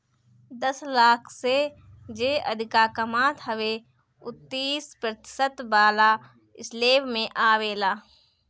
दस लाख से जे अधिका कमात हवे उ तीस प्रतिशत वाला स्लेब में आवेला